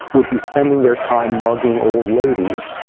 would be spending their time mugging old ladies.